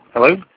Hello